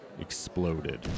exploded